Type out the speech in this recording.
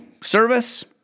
Service